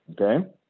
Okay